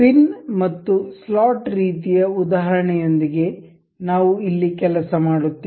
pin ಮತ್ತು slot ರೀತಿಯ ಉದಾಹರಣೆಯೊಂದಿಗೆ ನಾವು ಇಲ್ಲಿ ಕೆಲಸ ಮಾಡುತ್ತೇವೆ